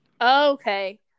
Okay